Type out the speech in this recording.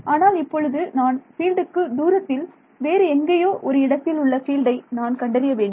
ஆனால் இப்பொழுது நான் பீல்டுக்கு தூரத்தில் வேறு எங்கேயோ ஒரு இடத்தில் உள்ள ஃபீல்டை நான் கண்டறிய வேண்டும்